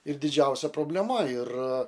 ir didžiausia problema ir